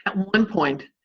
one point,